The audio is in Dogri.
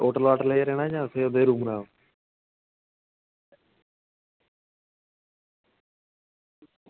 होटल रौह्ना जां इत्थें गै रुकना